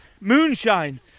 Moonshine